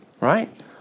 Right